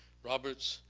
robert's